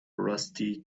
rusty